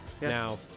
Now